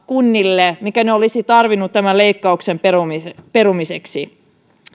kunnille raha minkä ne olisivat tarvinneet leikkauksen perumiseksi